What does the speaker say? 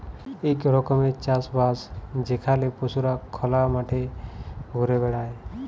ইক রকমের চাষ বাস যেখালে পশুরা খলা মাঠে ঘুরে বেড়ায়